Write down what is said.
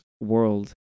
world